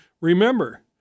remember